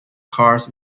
cars